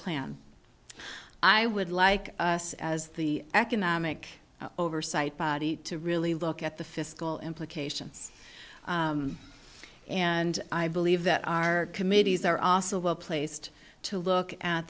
plan i would like us as the economic oversight body to really look at the fiscal implications and i believe that our committees are also well placed to look at